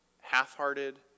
half-hearted